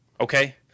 okay